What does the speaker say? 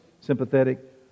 sympathetic